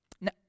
Now